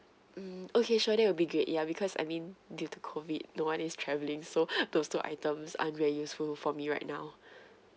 mm okay sure that will be great ya because I mean due to COVID no one is travelling so those two items aren't very useful for me right now